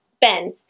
Ben